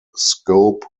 scope